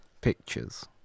Pictures